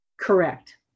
Correct